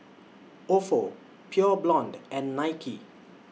Ofo Pure Blonde and Nike